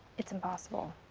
it's impossible.